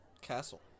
Castle